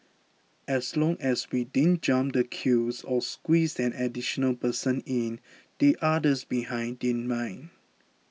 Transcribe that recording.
as long as we didn't jump the queues or squeezed an additional person in the others behind didn't mind